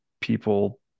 people